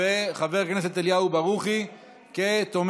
ואת חבר הכנסת אליהו ברוכי כתומך.